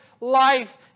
Life